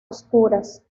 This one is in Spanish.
oscuras